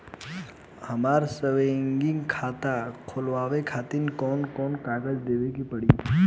हमार सेविंग खाता खोलवावे खातिर कौन कौन कागज देवे के पड़ी?